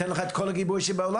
ניתן לך את כל הגיבוי שבעולם.